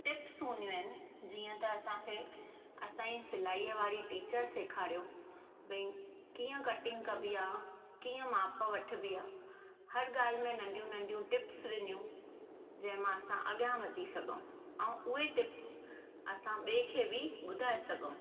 tips हूंदियूं आहिनि जीअं त असांखे असांजी सिलाईअ वारी टीचर सेखारियो भई कीअं कटिंग कॿी आहे कीअं माप वठिॿी आहे हर ॻाल्हि में नंढियूं नंढियूं टिप्स ॾिनियूं जंहिंमां असां अॻियां वधी सघूं ऐं उहे टिप्स असां ॿिए खे बि ॿुधाए सघूं